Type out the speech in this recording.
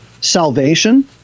salvation